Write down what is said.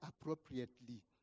appropriately